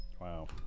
Wow